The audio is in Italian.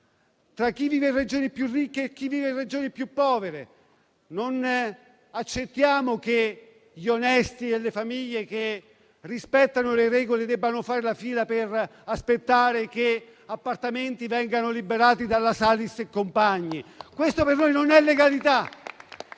tra chi vive in Regioni più ricche e chi in Regioni più povere. Non accettiamo che gli onesti e le famiglie che rispettano le regole debbano fare la fila per aspettare che appartamenti vengano liberati dalla Salis e compagni. Questa per noi non è legalità.